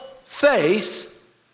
faith